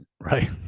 Right